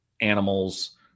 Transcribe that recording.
animals